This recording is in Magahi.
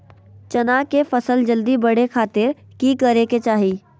चना की फसल जल्दी बड़े खातिर की करे के चाही?